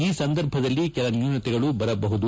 ಈ ಸಂದರ್ಭದಲ್ಲಿ ಕೆಲ ನ್ನೂನತೆಗಳು ಬರಬಹುದು